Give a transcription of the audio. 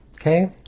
Okay